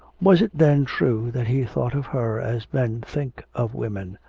was it then true that he thought of her as men think of women,